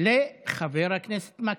של חבר הכנסת מקלב.